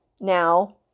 Now